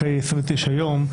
אחרי 29 ימים,